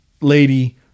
lady